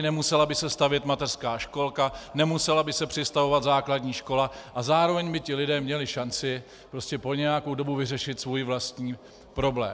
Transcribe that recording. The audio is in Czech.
Nemusela by se stavět mateřská školka, nemusela by se přistavovat základní škola a zároveň by ti lidé měli šanci po nějakou dobu vyřešit svůj vlastní problém.